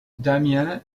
damiens